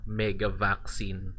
mega-vaccine